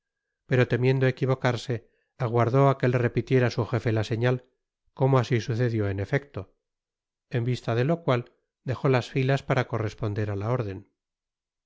pero temiendo equivocarse aguardó á que le repitiera sn jefe la señal como asi sucedió en efecto en vista de lo cual dejó las filas para corresponder á la órden